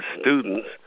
students